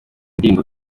ndirimbo